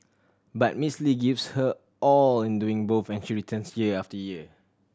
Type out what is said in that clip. but Miss Lee gives her all in doing both and she returns year after year